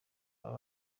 aba